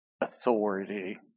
authority